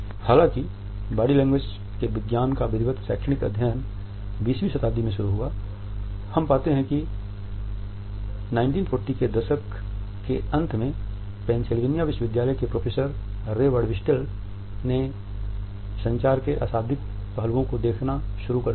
हालांकि body language के विज्ञान का विधिवत शैक्षणिक अध्ययन 20 वीं शताब्दी में शुरू हुआ हम पाते हैं कि 1940 के दशक के अंत में पेंसिल्वेनिया विश्वविद्यालय के प्रोफेसर रे बर्डविस्टेल ने संचार के अशाब्दिक पहलुओं को देखना शुरू कर दिया था